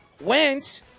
went